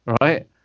Right